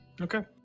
Okay